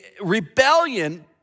rebellion